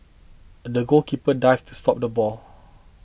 the goalkeeper dived to stop the ball